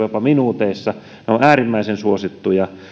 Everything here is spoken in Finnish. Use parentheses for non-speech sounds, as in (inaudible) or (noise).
(unintelligible) jopa minuuteissa ne ovat äärimmäisen suosittuja